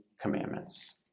commandments